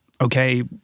Okay